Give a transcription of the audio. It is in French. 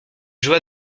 joie